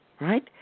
Right